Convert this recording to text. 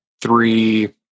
three